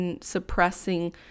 suppressing